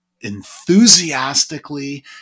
enthusiastically